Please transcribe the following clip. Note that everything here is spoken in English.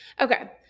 Okay